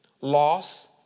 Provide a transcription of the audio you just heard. loss